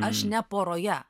aš ne poroje